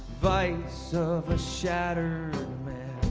vice so of a shattered man